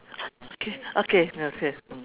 okay okay okay mm